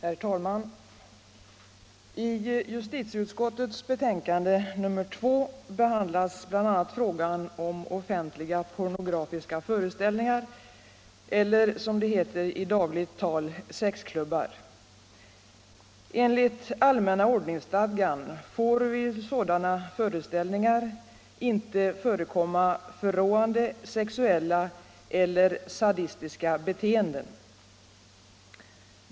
Herr talman! I justitieutskottets betänkande nr 2 behandlas bl.a. frågan om offentliga pornografiska föreställningar eller, som det heter i dagligt tal, sexklubbar. Enligt allmänna ordningsstadgan får vid sådana föreställningar inte förekomma förråande sexuella eller sadistiska beteenden.